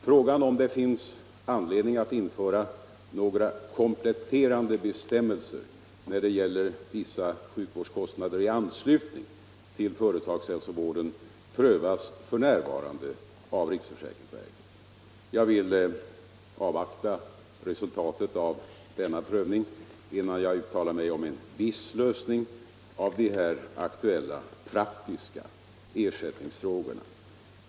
Frågan om det finns anledning att införa några kompletterande bestämmelser när det gäller vissa sjukvårdskostnader i anslutning till företagshälsovården prövas f. n. av riksförsäkringsverket. Jag vill avvakta resultatet av denna prövning innan jag uttalar mig om en viss lösning av de här aktuella praktiska ersättningsfrågorna.